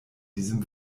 diesem